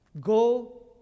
Go